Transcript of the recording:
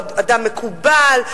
הוא אדם מקובל,